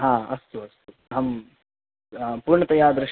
हा अस्तु अस्तु अहं पूर्णतया दृश्